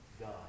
God